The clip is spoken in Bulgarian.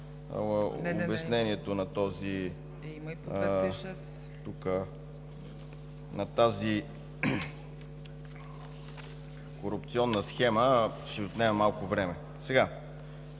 обяснението на тази корупционна схема ще отнеме малко време.